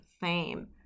fame